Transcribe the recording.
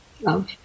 Love